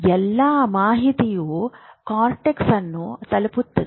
ಎಲ್ಲಾ ಮಾಹಿತಿಯು ಕಾರ್ಟೆಕ್ಸ್ ಅನ್ನು ತಲುಪುತ್ತದೆ